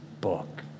book